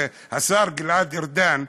השר גלעד ארדן,